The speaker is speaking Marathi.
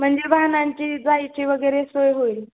म्हणजे वाहनांची जायची वगैरे सोय होईल